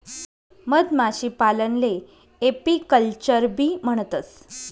मधमाशीपालनले एपीकल्चरबी म्हणतंस